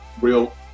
real